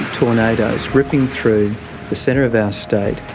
tornadoes ripping through the centre of our state,